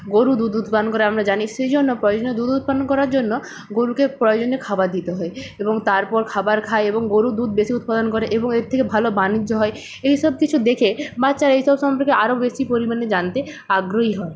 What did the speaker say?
গরু দুধ উৎপাদন করে আমরা জানি সেই জন্য প্রয়োজনীয় দুধ উৎপাদন করার জন্য গরুকে প্রয়োজনীয় খাবার দিতে হয় এবং তারপর খাবার খায় এবং গরু দুধ বেশি উৎপাদন করে এবং এর থেকে ভালো বাণিজ্য হয় এই সব কিছু দেখে বাচ্চারা এই সব সম্পর্কে আরও বেশি পরিমাণে জানতে আগ্রহী হয়